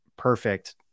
Perfect